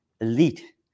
elite